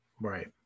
right